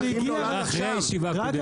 זה הגיע רק עכשיו,